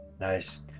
Nice